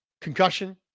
concussion